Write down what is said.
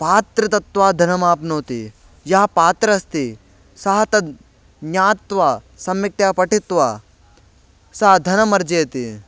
पात्रं दत्वा धनमाप्नोति यः पात्र अस्ति सः तद् ज्ञात्वा सम्यक्तया पठित्वा सः धनम् अर्जयति